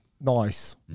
Nice